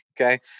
okay